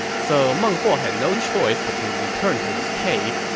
so meng huo had no choice but to return to his cave,